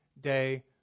day